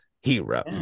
hero